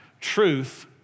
Truth